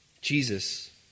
Jesus